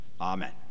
Amen